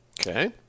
okay